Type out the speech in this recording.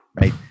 right